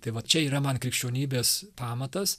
tai vat čia yra man krikščionybės pamatas